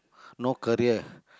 no career